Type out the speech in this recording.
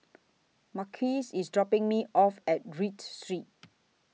Marquise IS dropping Me off At Read Street